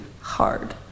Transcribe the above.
hard